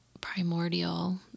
primordial